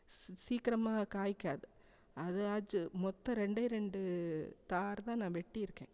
சீ சீக்கிரமாக காய்க்காது அது ஆச்சு மொத்த ரெண்டே ரெண்டு தார் தான் நான் வெட்டி இருக்கேன்